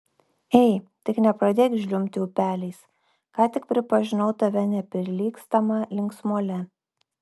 ei tik nepradėk žliumbti upeliais ką tik pripažinau tave neprilygstama linksmuole